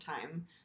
time